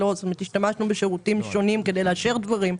השתמשנו בשירותים שונים כדי לאשר דברים.